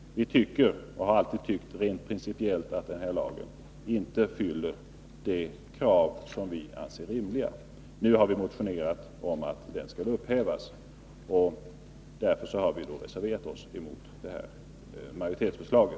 Vi tycker, och har alltid tyckt rent principiellt, att denna lag inte fyller de krav som vi anser rimliga. Nu har vi motionerat om att den skall upphävas. Därför har vi reserverat oss mot majoritetsförslaget.